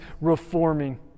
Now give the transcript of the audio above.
reforming